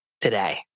today